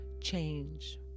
change